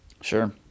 Sure